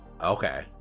Okay